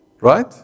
right